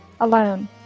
alone